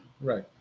right